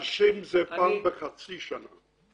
אחרי גיל 60 זה פעם בחצי שנה.